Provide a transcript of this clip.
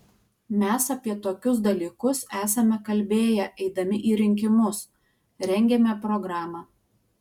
mes apie tokius dalykus esame kalbėję eidami į rinkimus rengėme programą